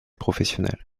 professionnel